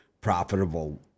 profitable